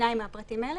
שניים מהפרטים האלה.